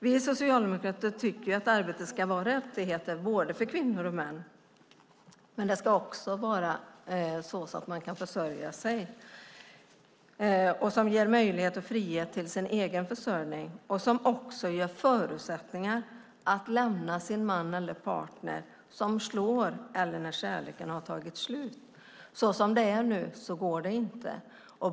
Vi socialdemokrater tycker att arbetet ska vara en rättighet för både kvinnor och män. Men det ska också vara så att man kan försörja sig, som ger möjlighet och frihet till egen försörjning och som ger förutsättningar att lämna en man eller partner som slår eller när kärleken har tagit slut. Som det är nu går det inte.